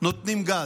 לוועדת הפנים,